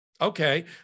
Okay